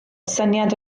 syniad